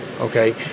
Okay